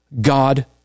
God